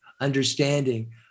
understanding